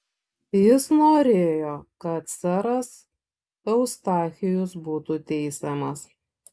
jis norėjo kad seras eustachijus būtų teisiamas